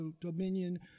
dominion